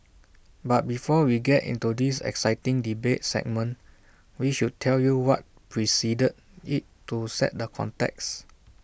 but before we get in to this exciting debate segment we should tell you what preceded IT to set the context